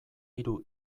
hiru